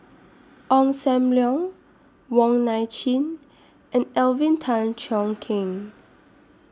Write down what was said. Ong SAM Leong Wong Nai Chin and Alvin Tan Cheong Kheng